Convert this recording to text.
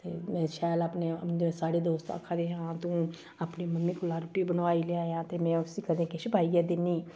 ते शैल अपने जेह्ड़े साढ़े दोस्त आक्खा दे हे हां तूं अपनी मम्मी कोला रुट्टी बनोआई लेई आयां ते में उस्सी कदें किश पाइयै दिन्नी